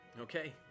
Okay